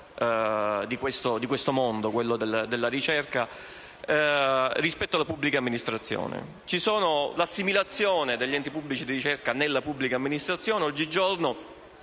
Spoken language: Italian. al mondo della ricerca rispetto alla pubblica amministrazione. L'assimilazione degli enti pubblici di ricerca nella pubblica amministrazione,